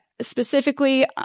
specifically